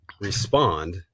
respond